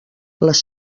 les